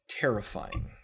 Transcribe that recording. terrifying